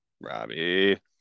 Robbie